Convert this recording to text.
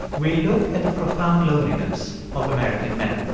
we'll look at the profound loneliness of american men.